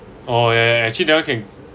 oh ya ya ya actually that [one] can